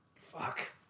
Fuck